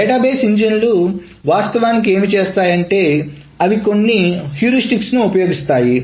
database ఇంజన్లు వాస్తవానికి ఏమి చేస్తాయంటే అవి కొన్ని హ్యూరిస్టిక్లను ఉపయోగిస్తాయి